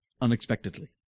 unexpectedly